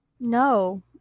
No